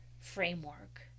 framework